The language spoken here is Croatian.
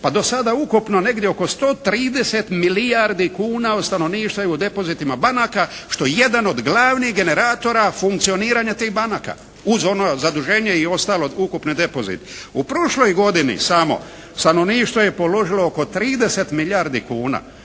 Pa do sada ukupno negdje oko 130 milijardi kuna od stanovništva je u depozitima banaka što je jedan od glavnih generatora funkcioniranja tih banaka, uz ono zaduženje i ostalo ukupni depozit. U prošloj godini samo stanovništvo je položilo oko 30 milijardi kuna